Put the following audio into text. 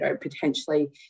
potentially